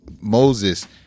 moses